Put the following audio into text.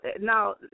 now